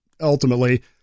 ultimately